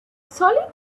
solid